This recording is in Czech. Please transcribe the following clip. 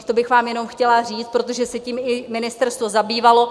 To bych vám jenom chtěla říct, protože se tím i ministerstvo zabývalo.